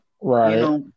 Right